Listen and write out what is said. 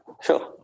sure